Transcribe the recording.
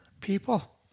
people